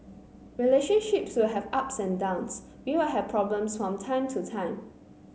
relationships will have ups and downs we will have problems from time to time